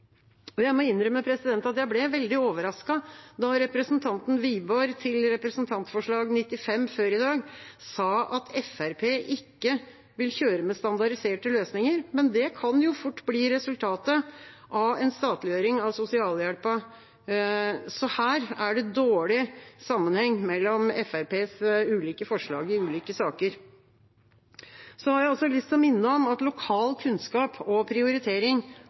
Jeg må innrømme at jeg ble veldig overrasket da representanten Wiborg til representantforslag nr. 95 før i dag sa at Fremskrittspartiet ikke vil kjøre med standardiserte løsninger. Men det kan jo fort bli resultatet av en statliggjøring av sosialhjelpen, så her er det dårlig sammenheng mellom Fremskrittspartiets ulike forslag i ulike saker. Jeg har også lyst til å minne om at lokal kunnskap og prioritering